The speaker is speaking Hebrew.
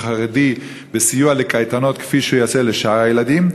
החרדי בסיוע לקייטנות כפי שהוא יעשה לשאר הילדים,